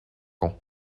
ans